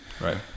right